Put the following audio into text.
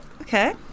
Okay